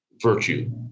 virtue